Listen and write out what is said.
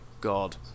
god